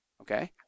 okay